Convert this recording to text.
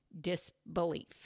disbelief